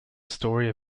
story